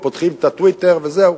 פותחים את ה"טוויטר" וזהו.